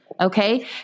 Okay